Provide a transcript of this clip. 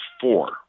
four